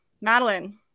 Madeline